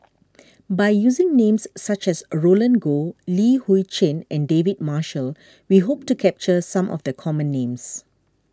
by using names such as Roland Goh Li Hui Cheng and David Marshall we hope to capture some of the common names